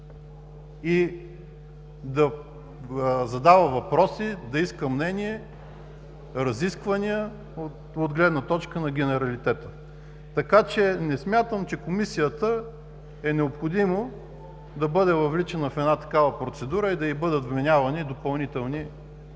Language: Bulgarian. да задава въпроси, да иска мнение, разисквания от гледна точка на генералитета. Не смятам, че Комисията е необходимо да бъде въвличана в една такава процедура и да й бъдат вменявани допълнителни функции